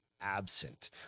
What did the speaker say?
absent